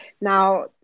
Now